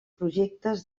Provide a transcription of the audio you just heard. projectes